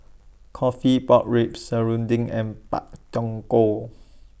Coffee Pork Ribs Serunding and Pak Thong Ko